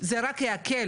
זה רק יקל